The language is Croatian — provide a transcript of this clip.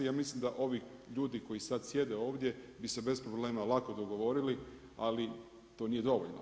Ja mislim da ovi ljudi koji sad sjede ovdje bi se bez problema lako dogovorili, ali to nije dovoljno.